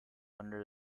under